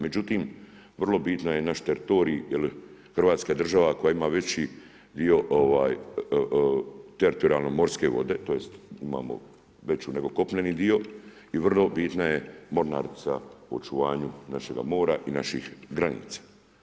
Međutim, vrlo bitan je naš teritorij jer Hrvatska država koja ima veći dio teritorijalno morske vode, tj. imamo veću nego kopneni dio i vrlo bitna je mornarica u očuvanju našega mora i naših granica.